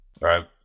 Right